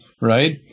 right